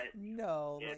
no